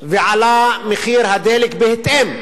ומחיר הדלק עלה בהתאם.